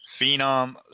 Phenom